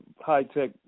high-tech